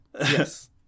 Yes